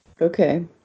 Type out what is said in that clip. Okay